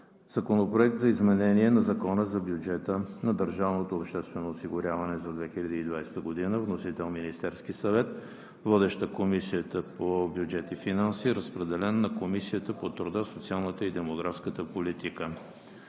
Законопроект за изменение на Закона за бюджета на държавното обществено осигуряване за 2020 г. Вносител –Министерският съвет. Водеща е Комисията по бюджет и финанси. Разпределен е и на Комисията по труда, социалната и демографската политика.